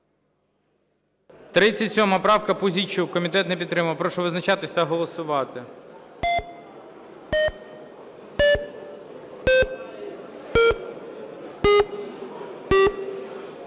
37 правка, Пузійчук. Комітет не підтримав. Прошу визначатись та голосувати.